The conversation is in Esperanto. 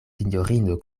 sinjorino